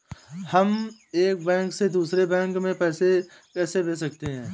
हम एक बैंक से दूसरे बैंक में पैसे कैसे भेज सकते हैं?